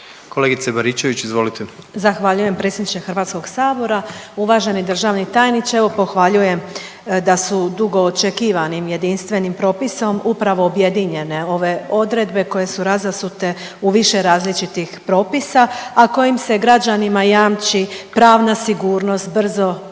izvolite. **Baričević, Danica (HDZ)** Zahvaljujem predsjedniče Hrvatskog sabora, uvaženi državni tajniče. Evo pohvaljujem da su dugo očekivanim jedinstvenim propisom upravo objedinjene ove odredbe koje su razasute u više različitih propisa, a ikojim se građanima jamči pravna sigurnost, brzo i